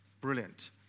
Brilliant